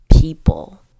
people